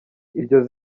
iryo